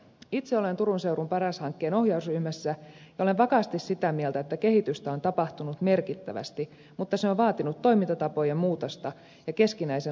itse olen turun seudun paras hankkeen ohjausryhmässä ja olen vakaasti sitä mieltä että kehitystä on tapahtunut merkittävästi mutta se on vaatinut toimintatapojen muutosta ja keskinäisen luottamuksen rakentamista